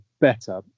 better